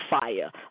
fire